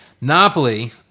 Napoli